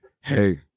hey